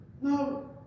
No